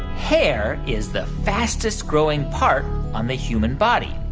hair is the fastest growing part on the human body?